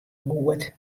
goed